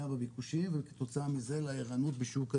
בביקושים וכתוצאה מזה לערנות בשוק הדיור,